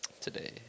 today